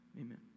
Amen